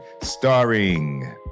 starring